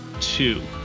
two